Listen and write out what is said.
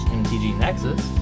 mtgnexus